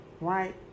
Right